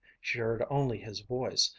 she heard only his voice,